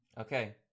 Okay